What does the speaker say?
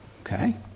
okay